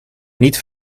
niet